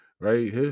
right